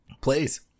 Please